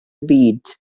byd